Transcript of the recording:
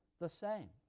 the same.